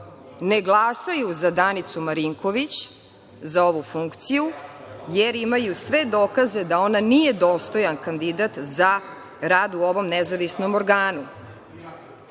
ne glasaju za Danicu Marinković, za ovu funkciju, jer imaju sve dokaze da ona nije dostojan kandidat za rad u ovom nezavisnom organu. Ako